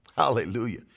Hallelujah